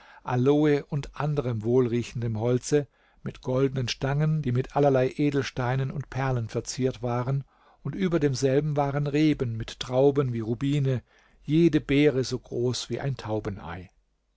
aloe und anderm wohlriechenden holze mit goldnen stangen die mit allerlei edelsteinen und perlen verziert waren und über demselben waren reben mit trauben wie rubine jede beere so groß wie ein taubenei